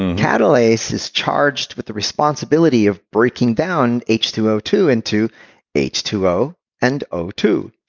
catalase is charged with the responsibility of breaking down h two o two into h two o and o two.